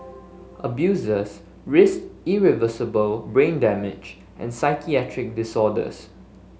abusers risked irreversible brain damage and psychiatric disorders